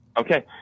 Okay